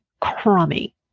crummy